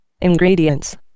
Ingredients